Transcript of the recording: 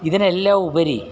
ഇതിനെല്ലാം ഉപരി